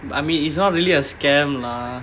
but I mean it's not really a scam lah